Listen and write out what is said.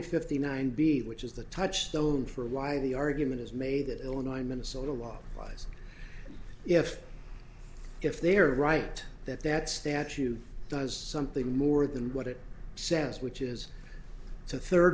fifty nine b which is the touchstone for why the argument is made that illinois minnesota law was if if they're right that that statute does something more than what it says which is to third